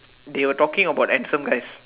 they were talking about handsome guys